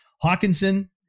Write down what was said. Hawkinson